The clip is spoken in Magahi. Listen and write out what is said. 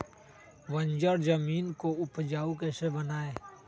बंजर जमीन को उपजाऊ कैसे बनाय?